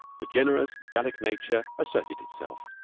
the generous gallic nature asserted itself.